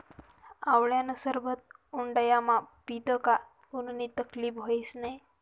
आवळानं सरबत उंडायामा पीदं का उननी तकलीब व्हस नै